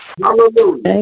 Hallelujah